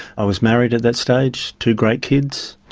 i was married at that stage, two great kids.